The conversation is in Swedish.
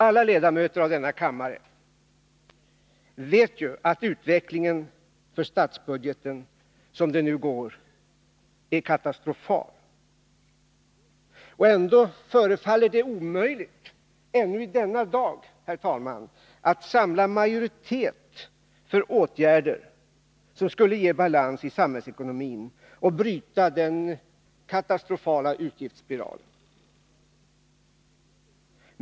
Alla ledamöter av denna kammare vet att utvecklingen för statsbudgeten, som den ser ut nu, är katastrofal, och ändå förefaller det ännu idenna dag omöjligt, herr talman, att samla majoritet för åtgärder som skulle ge balans i samhällsekonomin och bryta den katastrofala utgiftsspiralen.